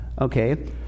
okay